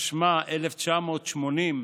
התשמ"א 1980,